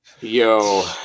Yo